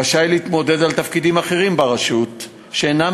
רשאי להתמודד על תפקידים אחרים ברשות שאינם